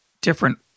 different